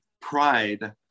pride